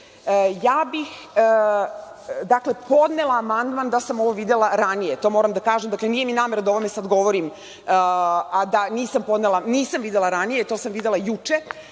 ja bih podnela amandman da sam ovo videla ranije. To moram da kažem. Dakle, nije mi namera da o ovome sad govorim, a da nisam videla ranije, to sam videla juče.